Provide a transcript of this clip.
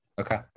Okay